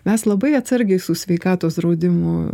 mes labai atsargiai su sveikatos draudimu